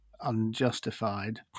unjustified